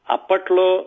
Apatlo